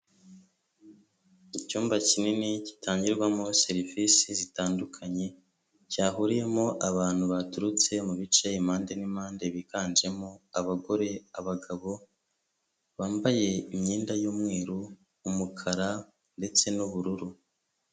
Icyumba kinini gitangirwamo serivisi zitandukanye, cyahuriyemo abantu baturutse mu bice impande n'impande biganjemo abagore, abagabo. Bambaye imyenda y'umweru, umukara ndetse n'ubururu.